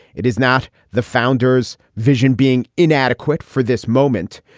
it is not the founders vision being inadequate for this moment.